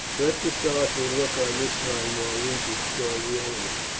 let the sarci look on this time while we destroy the enemy.